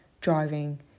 driving